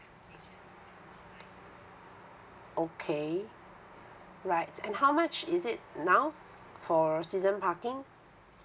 okay right and how much is it now for season parking